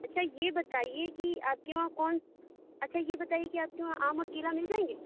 اچھا یہ بتائیے کہ آپ کے وہاں کون اچھا یہ بتائیے کہ وہاں آم اور کیلا مل جائیں گے